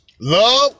love